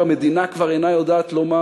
והמדינה כבר אינה יודעת לומר: